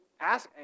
ask